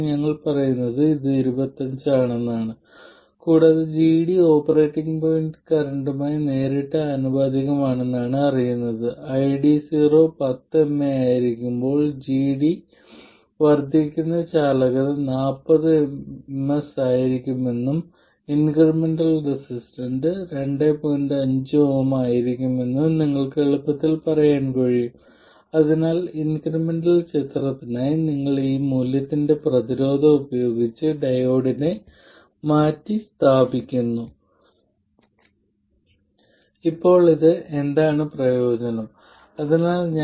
നിങ്ങൾ ഡയോഡ് അല്ലെങ്കിൽ രണ്ട് ടെർമിനൽ നോൺ ലീനിയാരിറ്റിയെ റെസിസ്റ്റർ ഉപയോഗിച്ച് മാറ്റിസ്ഥാപിക്കുന്നതുപോലെ നിങ്ങൾ രണ്ട് പോർട്ടുകളും ഒരു ലീനിയർ ടു പോർട്ട് ഉപയോഗിച്ച് മാറ്റിസ്ഥാപിക്കും അതിനാൽ അത്രമാത്രം അത് അവിടെയുണ്ട്